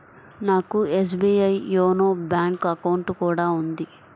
నాకు SBI YONO bank account కూడా ఉంది